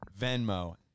Venmo